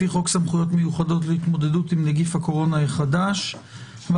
לפי חוק סמכויות מיוחדות להתמודדות עם נגיף הקורונה החדש (הוראת שעה);